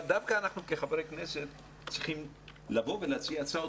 אבל דווקא אנחנו כחברי כנסת צריכים להציע הצעות,